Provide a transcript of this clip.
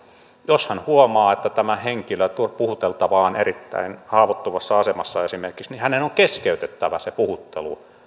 jos hän huomaa että tämä henkilö puhuteltava on esimerkiksi erittäin haavoittuvassa asemassa niin hänen on keskeytettävä se puhuttelu